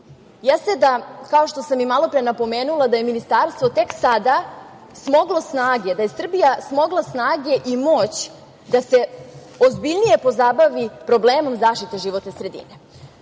jeste da, kao što sam i malo pre napomenula, da je Ministarstvo tek sada smoglo snage, da je Srbija smogla snage i moć da se ozbiljnije pozabavi problemom zaštite životne sredine. Onog